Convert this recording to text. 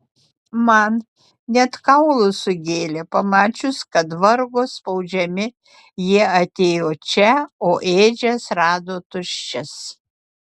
man net kaulus sugėlė pamačius kad vargo spaudžiami jie atėjo čia o ėdžias rado tuščias